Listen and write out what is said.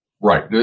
Right